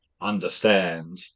understand